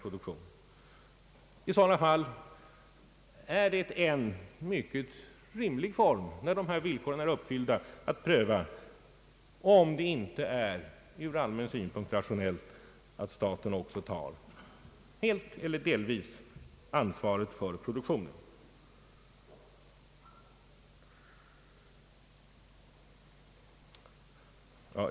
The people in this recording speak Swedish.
är det inte i sådana fall rimligt att pröva, om det inte ur allmän synpunkt är rationellt att staten också helt eller delvis tar ansvaret för produktionen?